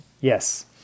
Yes